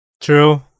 True